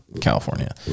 California